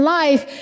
life